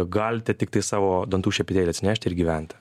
galite tiktai savo dantų šepetėlį atsinešti ir gyventi